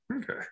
Okay